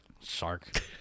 Shark